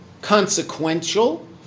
consequential